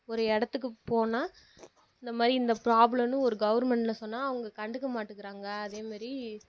ஒரு இடத்துக்கு போனால் இந்தமாதிரி இந்த ப்ராப்ளம்னு ஒரு கவர்மெண்ட்டுல சொன்னால் அவங்க கண்டுக்க மாட்டேகுறாங்க அதேமாரி